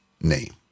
name